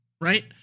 right